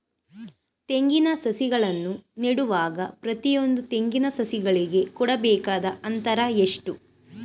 ತೆಂಗಿನ ಸಸಿಗಳನ್ನು ನೆಡುವಾಗ ಪ್ರತಿಯೊಂದು ತೆಂಗಿನ ಸಸಿಗಳಿಗೆ ಕೊಡಬೇಕಾದ ಅಂತರ ಎಷ್ಟು?